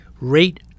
Rate